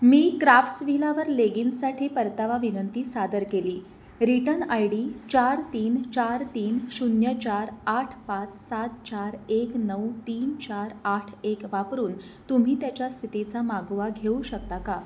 मी क्राफ्ट्सव्हिलावर लेगिन्ससाठी परतावा विनंती सादर केली रीटन आय डी चार तीन चार तीन शून्य चार आठ पाच सात चार एक नऊ तीन चार आठ एक वापरून तुम्ही त्याच्या स्थितीचा मागोवा घेऊ शकता का